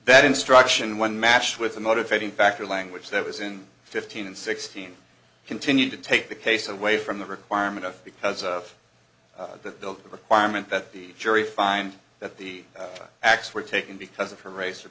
that instruction when matched with a motivating factor language that was in fifteen and sixteen continue to take the case away from the requirement because of that the requirement that the jury find that the acts were taken because of her race or